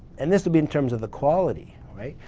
and this will be in terms of the quality, right?